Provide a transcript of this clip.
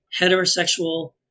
heterosexual